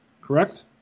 correct